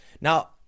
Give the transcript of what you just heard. Now